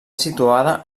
situada